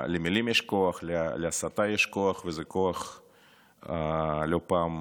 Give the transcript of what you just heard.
למילים יש כוח, להסתה יש כוח, וזה לא פעם